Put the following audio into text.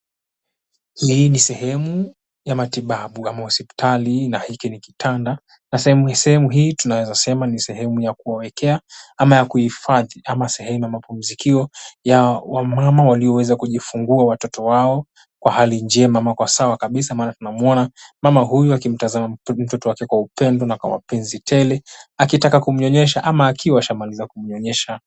Hii ni sehemu ya matibabu ama hospitali na hiki ni kitanda. Na sehemu hii tunaweza sema ni sehemu ya kuwawekea ama ya kuhifadhi ama sehemu ya mapumzikio ya wamama walioweza kujifungua watoto wao kwa hali njema ama kwa sawa kabisa. Maana tunamuona mama huyu akimtazama mtoto wake kwa upendo na kwa mapenzi tele akitaka kumnyonyesha ama akiwa ashamaliza kumnyonyesha.